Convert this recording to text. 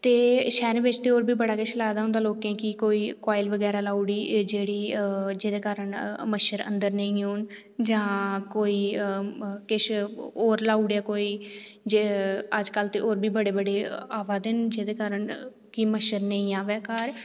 ते शैह्रें बिच लोकें होर बी बड़ा किश लाए दा होंदा लोकें कि कोई कवाईल बगैरा लाई ओड़ी जेह्ड़ी ते जेह्दे कारण मच्छर अंदर नेईं औन जां कोई किश होर लाई ओड़ेआ कोई अज्जकल ते होर बी बड़े बड़े आवा दे न जेह्दे कारण कि मच्छर निं आवै घर